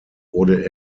wurde